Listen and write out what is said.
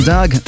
Doug